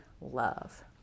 Love